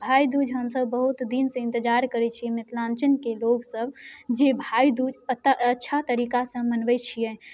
भाइदूज हमसब बहुत दिनसँ इन्तजार करै छी मिथिलाञ्चलके लोकसब जे अच्छा तरीकासँ मनबै छिए